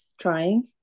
trying